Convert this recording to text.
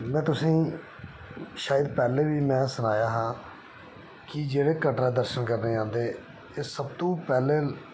में तुसेंगी शायद पैहलें बी में सनाया हा कि जेह्ड़े कटड़ा दर्शन करने गी आंदे एह् सब तूं पैहलें